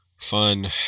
fun